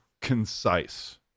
concise